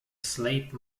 slate